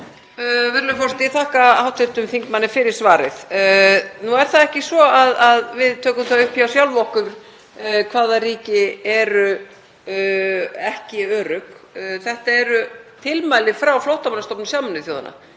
Virðulegur forseti. Ég þakka hv. þingmanni fyrir svarið. Nú er það ekki svo að við tökum það upp hjá sjálfum okkur hvaða ríki eru ekki örugg. Þetta eru tilmæli frá Flóttamannastofnun Sameinuðu þjóðanna